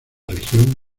región